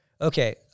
okay